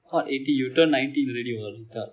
what eighteen you turn nineteen ready what